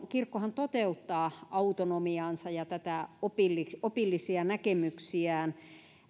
kirkkohan toteuttaa autonomiaansa ja opillisia opillisia näkemyksiään